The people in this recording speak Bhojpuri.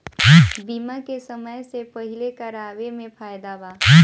बीमा के समय से पहिले करावे मे फायदा बा